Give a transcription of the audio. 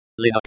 Linux